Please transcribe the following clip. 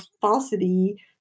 falsity